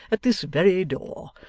at this very door.